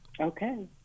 Okay